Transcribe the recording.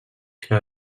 que